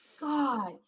God